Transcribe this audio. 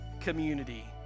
community